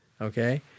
Okay